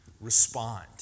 respond